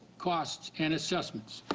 costs and assessments.